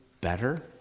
better